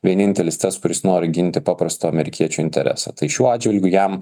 vienintelis tas kuris nori ginti paprastų amerikiečių interesą tai šiuo atžvilgiu jam